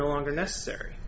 no longer necessary